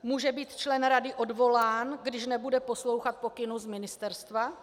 Může být člen rady odvolán, když nebude poslouchat pokynů z ministerstva?